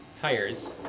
tires